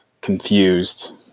confused